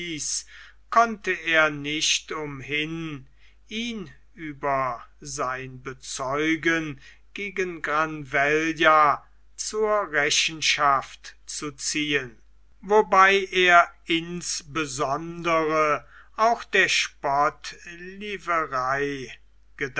konnte er nicht umhin ihn über sein bezeigen gegen granvella zur rechenschaft zu ziehen wobei er insbesondere auch der